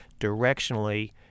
directionally